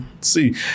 See